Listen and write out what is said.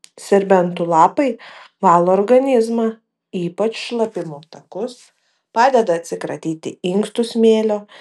serbentų lapai valo organizmą ypač šlapimo takus padeda atsikratyti inkstų smėlio